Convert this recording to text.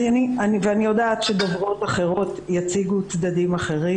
ואני יודעת שדוברות אחרות יציגו צדדים אחרים